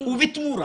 ובתמורה,